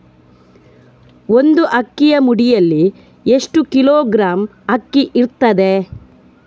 ಒಂದು ಅಕ್ಕಿಯ ಮುಡಿಯಲ್ಲಿ ಎಷ್ಟು ಕಿಲೋಗ್ರಾಂ ಅಕ್ಕಿ ಇರ್ತದೆ?